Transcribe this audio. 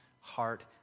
heart